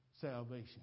salvation